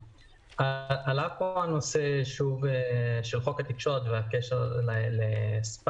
עלה פה שוב הנושא של חוק התקשורת והקשר לספאם,